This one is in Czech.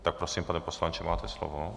Tak prosím, pane poslanče, máte slovo.